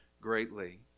greatly